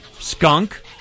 Skunk